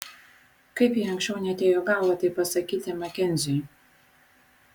kaip jai anksčiau neatėjo į galvą tai pasakyti makenziui